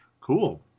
Cool